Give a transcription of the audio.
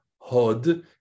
Hod